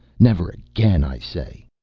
never again, i say.